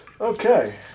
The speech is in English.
Okay